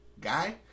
guy